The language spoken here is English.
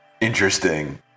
interesting